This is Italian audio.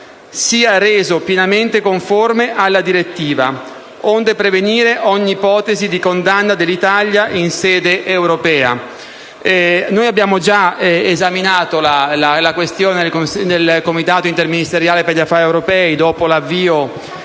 sia reso pienamente conforme alla direttiva comunitaria, onde prevenire ogni ipotesi di condanna dell'Italia in sede europea». Noi abbiamo già esaminato la questione nel Comitato interministeriale per gli affari europei dopo l'avvio